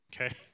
okay